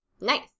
Nice